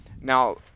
now